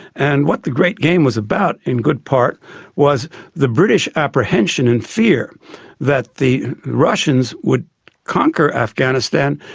and what the great game was about in good part was the british apprehension and fear that the russians would conquer afghanistan,